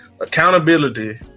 accountability